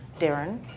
Darren